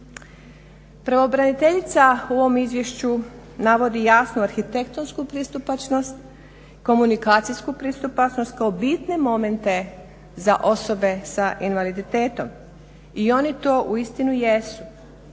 Pravobraniteljica u ovom izvješću navodi jasnu arhitektonsku pristupačnost, komunikacijsku pristupačnost kao bitne momente za osobe sa invaliditetom i oni to uistinu jesu.